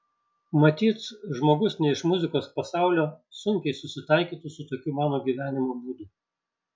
matyt žmogus ne iš muzikos pasaulio sunkiai susitaikytų su tokiu mano gyvenimo būdu